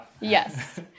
Yes